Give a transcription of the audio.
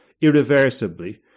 irreversibly